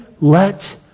Let